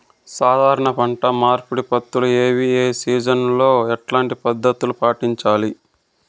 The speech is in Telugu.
సాధారణ పంట మార్పిడి పద్ధతులు ఏవి? ఏ సీజన్ లో ఎట్లాంటి పద్ధతులు పాటించాలి?